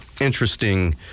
interesting